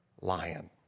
lion